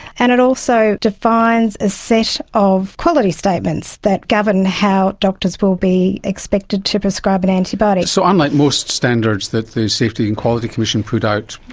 and it also defines a set of quality statements that govern how doctors will be expected to prescribe an antibiotic. so unlike most standards that the safety and quality commission put out,